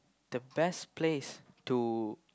the best place to